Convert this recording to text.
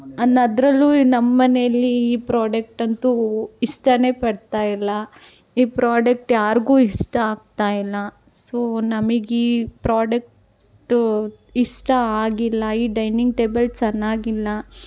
ಅನ್ನು ಅದರಲ್ಲೂ ನಮ್ಮನೇಲಿ ಈ ಪ್ರೋಡಕ್ಟ್ ಅಂತೂ ಇಸ್ಟ ಪಡ್ತಾ ಇಲ್ಲ ಈ ಪ್ರೋಡಕ್ಟ್ ಯಾರಿಗೂ ಇಷ್ಟ ಆಗ್ತಾ ಇಲ್ಲ ಸೋ ನಮಗ್ ಈ ಪ್ರೋಡಕ್ಟು ಇಷ್ಟ ಆಗಿಲ್ಲ ಈ ಡೈನಿಂಗ್ ಟೇಬಲ್ ಚೆನ್ನಾಗಿಲ್ಲ